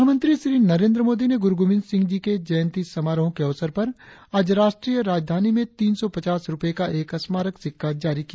प्रधानमंत्री श्री नरेंद्र मोदी ने गुरु गोविंद सिंह जी के जयंती समारोहो के अवसर पर आज राष्ट्रीय राजधानी में तीन सौ पचास रुपये का एक स्मारक सिक्का जारी किया